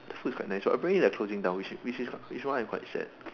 the food is quite nice so apparently they're closing down which is which is why I'm quite sad